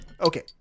Okay